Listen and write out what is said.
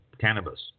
cannabis